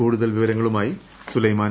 കൂടുതൽ വിവരങ്ങളുമായി സുലൈമാൻ